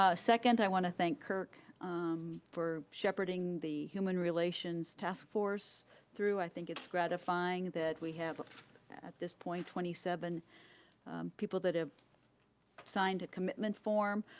ah second, i wanna thank kirk for shepherding the human relations task force through. i think it's gratifying that we have at this point twenty seven people that have signed a commitment form,